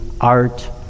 art